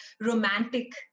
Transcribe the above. romantic